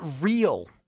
real